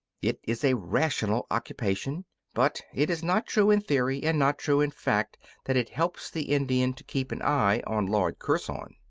it is a rational occupation but it is not true in theory and not true in fact that it helps the indian to keep an eye on lord curzon.